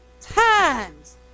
times